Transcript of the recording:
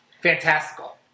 Fantastical